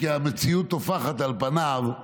כי המציאות טופחת על פניו.